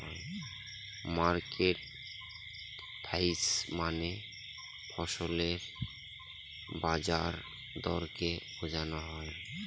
market price মানে ফসলের বাজার দরকে বোঝনো হয়